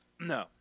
No